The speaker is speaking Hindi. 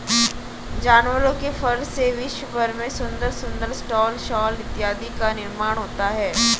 जानवरों के फर से विश्व भर में सुंदर सुंदर स्टॉल शॉल इत्यादि का निर्माण होता है